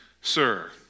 Sir